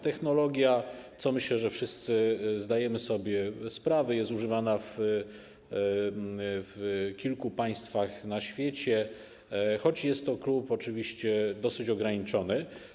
Technologia - myślę, że wszyscy zdajemy sobie z tego sprawę - jest używana w kilku państwach na świecie, więc jest to klub liczbowo oczywiście dosyć ograniczony.